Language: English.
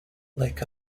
like